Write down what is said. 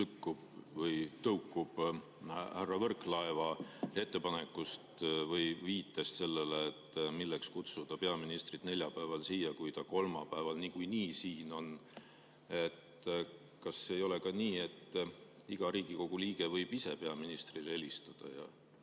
küsimus tõukub härra Võrklaeva ettepanekust, et milleks kutsuda peaministrit neljapäeval siia, kui ta kolmapäeval niikuinii siin on. Kas ei ole nii, et iga Riigikogu liige võib ise peaministrile helistada